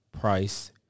price